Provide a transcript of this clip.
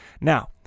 Now